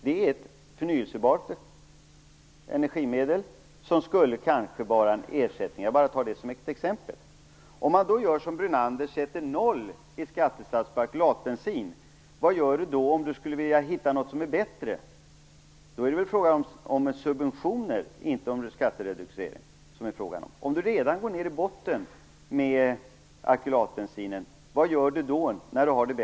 Det är ett förnybart energimedel som skulle kunna vara en ersättning. Jag tar bara detta som exempel. Om man då gör som Lennart Brunander förespråkar, nämligen sätter noll i skattesats på alkylatbensin, vad skall man då göra om man hittar ett bättre alternativ? Då är det väl fråga om subventioner och inte om skattereducering?